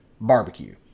barbecue